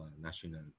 national